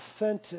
authentic